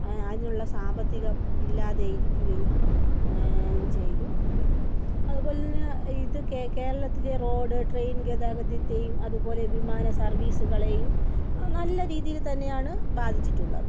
ആ അതിനുള്ള സാമ്പത്തികം ഇല്ലാതെ ഇരിക്കുകയും ചെയ്തു അതുപോലെ തന്നെ ഇത് കേരളം കേരളത്തിലെ റോഡ് ട്രെയിൻ ഗതാഗതത്തെയും അതുപോലെ വിമാന സർവീസുകളെയും നല്ല രീതിയിൽ തന്നെയാണ് ബാധിച്ചിട്ടുള്ളത്